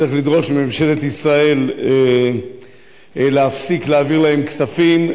צריך לדרוש מממשלת ישראל להפסיק להעביר להם כספים,